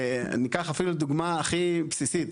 ניקח אפילו דוגמה הכי בסיסית.